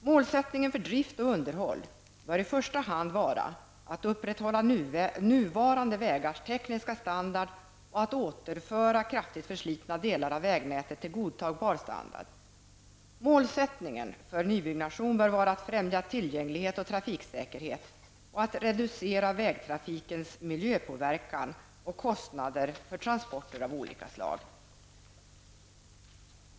Målsättningen för drift och underhåll bör i första hand vara att upprätthålla nuvarande vägars tekniska standard och att återföra kraftigt förslitna delar av vägnätet till godtagbar standard. Målsättningen för nybyggnation bör vara att främja tillgänglighet och trafiksäkerhet samt att reducera vägtrafikens miljöeffekter och kostnader för transporter av olika slag.